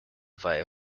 via